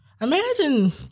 Imagine